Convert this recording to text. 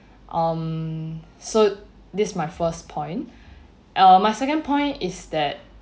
um so this my first point uh my second point is that